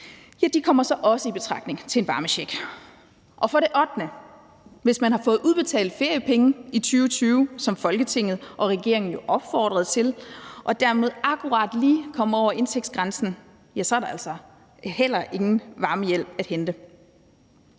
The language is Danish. kommer i betragtning til en varmecheck. Hvis man for det ottende har fået udbetalt feriepenge i 2020, som Folketinget og regeringen jo opfordrede til, og dermed akkurat lige kom over indtægtsgrænsen, ja, så er der altså heller ingen varmehjælp at hente.